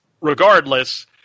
regardless